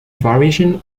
variation